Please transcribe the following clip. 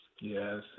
Yes